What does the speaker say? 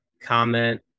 comment